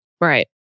Right